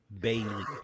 Bailey